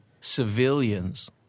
civilians